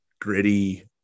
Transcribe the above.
gritty